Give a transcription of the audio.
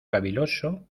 caviloso